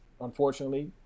unfortunately